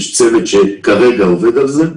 יש צוות שעובד על זה כרגע.